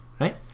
Right